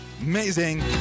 amazing